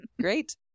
Great